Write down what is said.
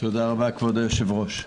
תודה רבה, כבוד היושב-ראש.